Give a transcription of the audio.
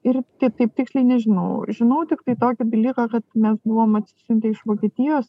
ir taip tiksliai nežinau žinau tiktai tokį dalyką kad nes buvom atsisiuntę iš vokietijos